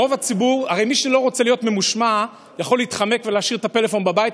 הרי מי שלא רוצה להיות ממושמע יכול להתחמק ולהשאיר את הפלאפון בבית,